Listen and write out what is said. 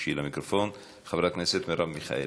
שתיגשי למיקרופון, חברת הכנסת מרב מיכאלי.